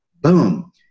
Boom